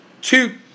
two